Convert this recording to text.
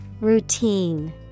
Routine